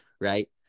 right